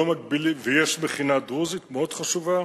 ויש מכינה דרוזית מאוד חשובה,